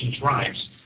tribes